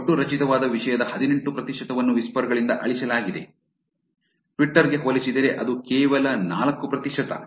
ಒಟ್ಟು ರಚಿತವಾದ ವಿಷಯದ ಹದಿನೆಂಟು ಪ್ರತಿಶತವನ್ನು ವಿಸ್ಪರ್ ಗಳಿಂದ ಅಳಿಸಲಾಗಿದೆ ಟ್ವಿಟರ್ ಗೆ ಹೋಲಿಸಿದರೆ ಅದು ಕೇವಲ ನಾಲ್ಕು ಪ್ರತಿಶತ